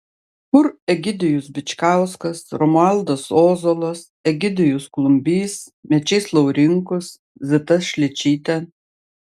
kur egidijus bičkauskas romualdas ozolas egidijus klumbys mečys laurinkus zita šličytė